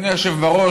אדוני היושב בראש,